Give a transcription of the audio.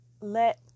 let